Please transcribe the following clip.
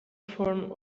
form